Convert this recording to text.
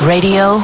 Radio